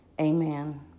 Amen